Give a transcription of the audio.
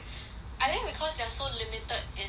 I think because they're so limited